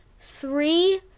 three